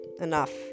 enough